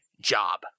job